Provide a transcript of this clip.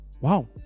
wow